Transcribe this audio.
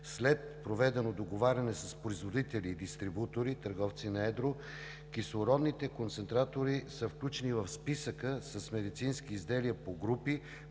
След проведено договаряне с производители и дистрибутори, търговци на едро, кислородните концентратори са включени в списъка с медицински изделия по групи,